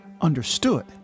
understood